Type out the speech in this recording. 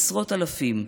עשרות אלפים,